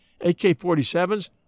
AK-47s